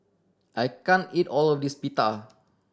I can't eat all of this Pita